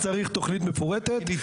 היא שתמ"א לא יכולה להחפיף לא תת"לים,